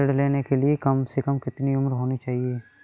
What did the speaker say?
ऋण लेने के लिए कम से कम कितनी उम्र होनी चाहिए?